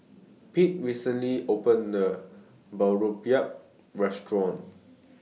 Pete recently opened A New Boribap Restaurant